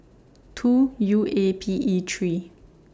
two U A P E three